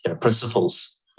principles